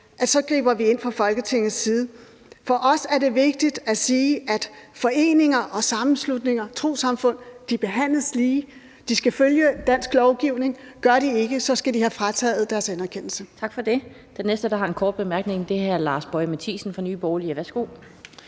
så griber ind fra Folketingets side. For os er det vigtigt at sige, at foreninger, sammenslutninger og trossamfund behandles lige. De skal følge dansk lovgivning, og gør de ikke det, skal de have frataget deres anerkendelse.